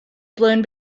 blown